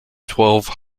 twelve